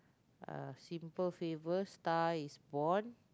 A-Simple-Favour Star-Is-Born